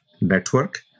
network